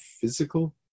physical